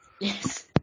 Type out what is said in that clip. Yes